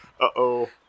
Uh-oh